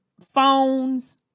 phones